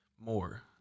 more